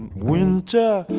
and winter,